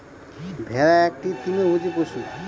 ভেড়া একটি তৃণভোজী পশু